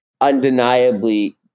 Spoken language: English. undeniably